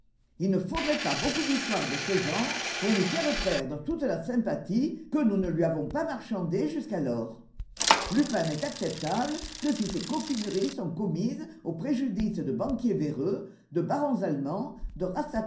il ne faudrait pas beaucoup d'histoires de ce genre pour lui faire perdre toute la sympathie que nous ne lui avons pas marchandée jusqu'alors lupin n'est acceptable que si ses coquineries sont commises au préjudice de banquiers véreux de barons allemands de